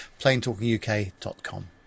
PlainTalkingUK.com